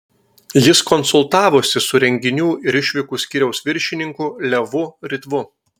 jis konsultavosi su renginių ir išvykų skyriaus viršininku levu ritvu